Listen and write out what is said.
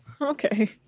Okay